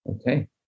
Okay